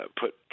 put –